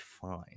fine